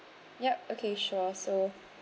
yup okay sure so